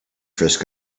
frisk